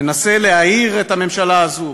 ננסה להעיר את הממשלה הזאת,